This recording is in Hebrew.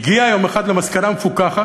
והוא הגיע יום אחד למסקנה המפוכחת,